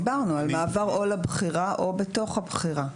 דיברנו על מעבר או לבכירה או בתוך הבכירה.